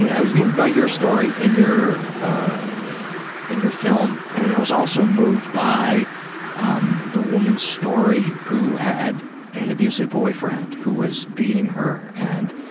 i was moved by your story in your in your film. and i was also moved by um the woman's story who had an abusive boyfriend who was beating her and.